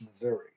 Missouri